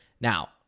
Now